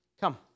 come